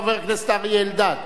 חבר הכנסת אריה אלדד,